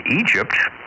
Egypt